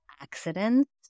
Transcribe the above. accidents